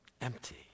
empty